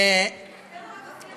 דבר על הכאפיה של